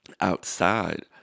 outside